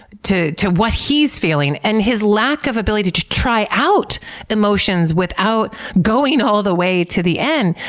to to what he's feeling and his lack of ability to try out emotions without going all the way to the end,